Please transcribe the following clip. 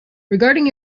regarding